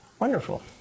Wonderful